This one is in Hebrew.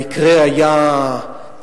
המקרה היה כך: